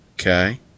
Okay